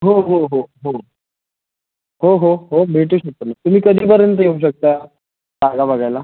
हो हो हो हो हो हो हो मिळतील की तमी तुम्ही कधीपर्यंत येऊ शकता जागा बघायला